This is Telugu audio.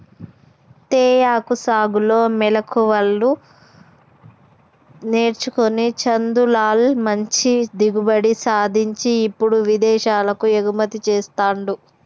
తేయాకు సాగులో మెళుకువలు నేర్చుకొని చందులాల్ మంచి దిగుబడి సాధించి ఇప్పుడు విదేశాలకు ఎగుమతి చెస్తాండు